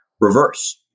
reverse